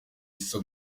isa